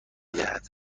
دهد